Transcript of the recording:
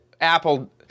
Apple